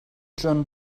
john